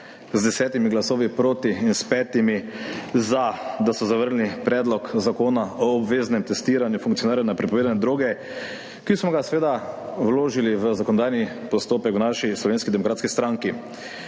z desetimi glasovi proti in s petimi za zavrnili Predlog zakona o obveznem testiranju funkcionarjev na prepovedane droge, ki smo ga seveda vložili v zakonodajni postopek v naši stranki, Slovenski demokratski stranki.